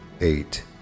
Eight